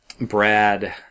Brad